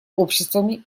обществами